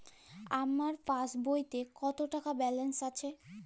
আমার পাসবইতে কত টাকা ব্যালান্স আছে?